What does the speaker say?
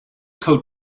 coat